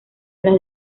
las